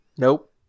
Nope